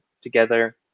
together